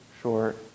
short